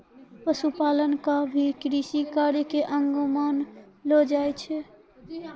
पशुपालन क भी कृषि कार्य के अंग मानलो जाय छै